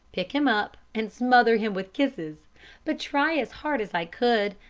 pick him up and smother him with kisses but try as hard as i could,